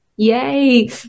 Yay